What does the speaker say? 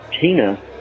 tina